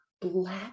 black